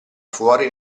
fuori